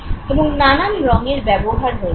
এবং নানান রঙের ব্যবহার হয়েছিল